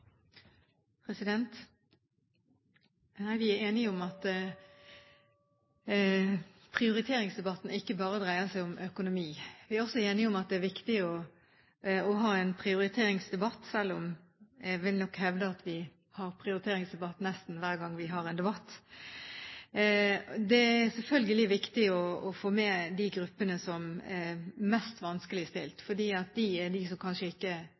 enige om at prioriteringsdebatten ikke bare dreier seg om økonomi. Vi er også enige om at det er viktig å ha en prioriteringsdebatt, selv om jeg nok vil hevde at vi har prioriteringsdebatt nesten hver gang vi har en debatt. Det er selvfølgelig viktig å få med de gruppene som er mest vanskelig stilt, fordi det er de som kanskje ikke